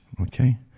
Okay